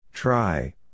Try